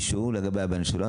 הודעה לגבי הבן שלו,